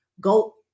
go